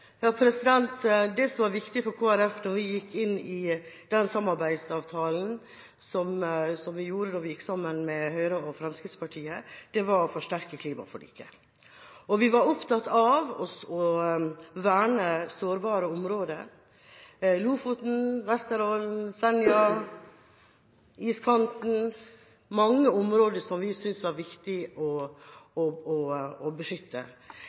Det som var viktig for Kristelig Folkeparti da vi inngikk samarbeidsavtalen med Høyre og Fremskrittspartiet, var å forsterke klimaforliket. Vi var opptatt av å verne sårbare områder: Lofoten, Vesterålen, Senja, iskanten. Det var mange områder som vi syntes det var viktig å